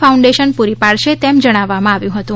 foundation પૂરી પાડશે તેમ જણાવવામાં આવ્યું હતું